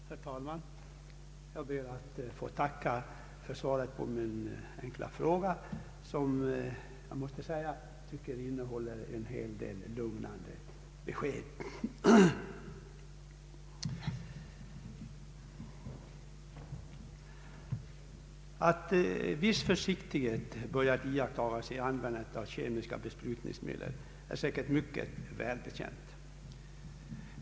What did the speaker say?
Herr talman! Jag ber att få tacka för svaret på min enkla fråga, vilket jag tycker innehöll en hel del lugnande besked. Att viss försiktighet börjat iakttagas vid användandet av kemiska besprutningsmedel är säkert mycket välbetänkt.